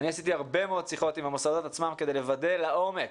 עשיתי הרבה מאוד שיחות עם המוסדות עצמם כדי לוודא לעומק